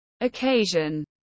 occasion